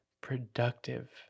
productive